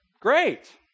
great